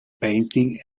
painting